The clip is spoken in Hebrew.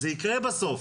זה יקרה בסוף.